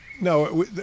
no